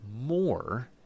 more